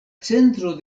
centro